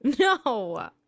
No